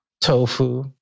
tofu